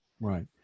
Right